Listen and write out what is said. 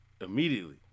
immediately